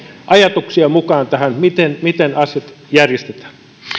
ajatuksia mukaan tähän miten miten asiat järjestetään